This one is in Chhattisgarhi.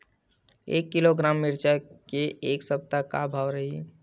एक किलोग्राम मिरचा के ए सप्ता का भाव रहि?